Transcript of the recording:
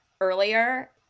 earlier